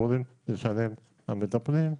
הם לא בהכרח לטובת המטפל או המטופל,